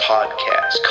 Podcast